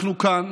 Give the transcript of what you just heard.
אנחנו כאן